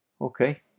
okay